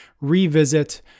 revisit